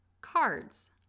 cards